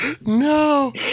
no